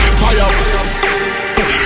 fire